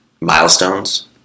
milestones